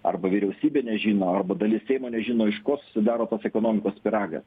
arba vyriausybė nežino arba dalis seimo nežino iš ko susidaro tos ekonomikos pyragas